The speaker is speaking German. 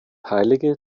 heilige